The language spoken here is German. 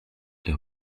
der